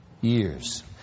years